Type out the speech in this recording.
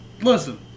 Listen